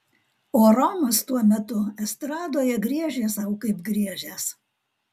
o romas tuo metu estradoje griežė sau kaip griežęs